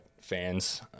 fans